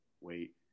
wait